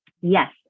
Yes